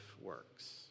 works